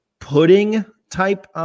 pudding-type